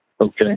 Okay